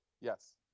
Yes